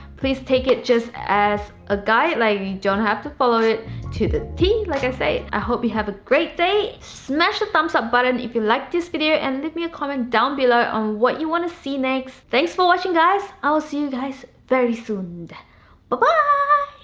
please take it just as a guide, like, you don't have to follow it to the t, like i and say. i hope you have a great day. smash the thumbs up button if you liked this video and leave me a comment down below on what you want to see next. thanks for watching guys! i'll see you guys very soon and but but